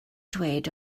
dweud